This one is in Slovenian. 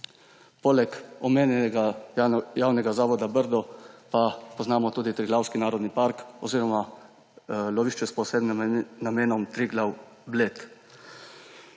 poleg omenjenega javnega zavoda Brdo pa poznamo tudi Triglavski narodni park oziroma lovišče s posebnim namenom Triglav Bled.